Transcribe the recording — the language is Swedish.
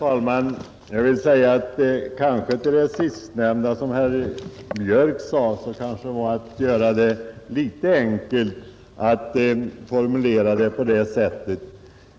Herr talman! Det senaste som herr Björk i Göteborg sade var kanske att göra det hela litet enkelt.